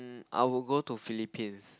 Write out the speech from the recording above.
I would go to Philippines